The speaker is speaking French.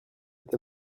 est